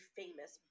famous